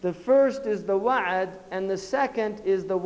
the first is the one and the second is the